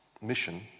mission